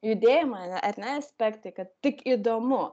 judėjimo ar ne aspektai kad tik įdomu